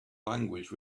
language